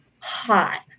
hot